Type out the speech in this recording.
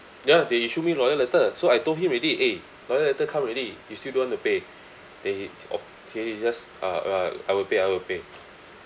ya they issue me lawyer letter so I told him already eh lawyer letter come already you still don't want to pay then he of then he just uh uh I will pay I will pay